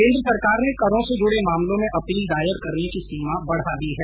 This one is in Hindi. केन्द्र सरकार ने करों से जुड़े मामलों में अपील दायर करने की सीमा बढ़ा दी है